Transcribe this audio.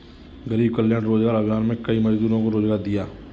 गरीब कल्याण रोजगार अभियान में कई मजदूरों को रोजगार दिया